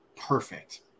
perfect